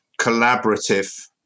collaborative